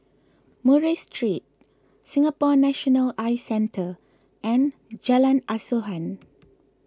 Murray Street Singapore National Eye Centre and Jalan Asuhan